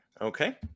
Okay